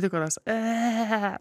tikros eee